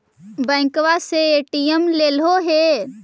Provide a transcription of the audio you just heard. बैंकवा से ए.टी.एम लेलहो है?